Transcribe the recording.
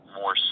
more